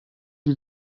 die